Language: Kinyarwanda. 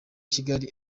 kigali